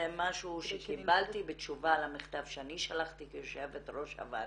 זה משהו שקיבלתי בתשובה למכתב שאני שלחתי כיושבת ראש הוועדה.